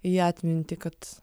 į atmintį kad